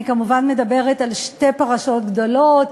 אני כמובן מדברת על שתי פרשות גדולות,